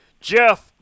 Jeff